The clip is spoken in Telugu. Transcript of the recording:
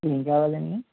ఏం కావాలండి